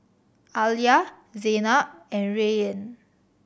Alya Zaynab and Rayyan